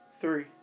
three